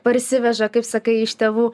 parsiveža kaip sakai iš tėvų